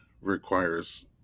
requires